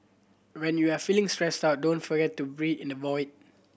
when you are feeling stressed out don't forget to breathe in the void